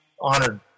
honored